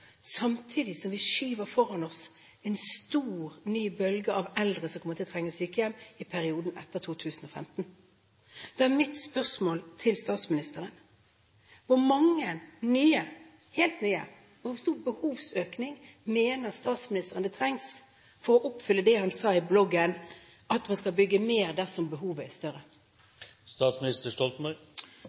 som kommer til å trenge sykehjem etter 2015. Da er mitt spørsmål til statsministeren: Hvor mange nye – helt nye – plasser mener statsministeren man trenger for å oppfylle det han sa i bloggen, at man skal bygge mer dersom behovet er større?